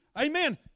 amen